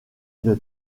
une